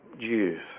Jews